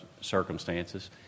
circumstances